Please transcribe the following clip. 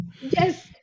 Yes